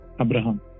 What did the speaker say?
Abraham